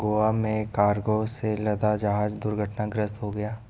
गोवा में कार्गो से लदा जहाज दुर्घटनाग्रस्त हो गया